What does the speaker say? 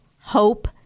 hope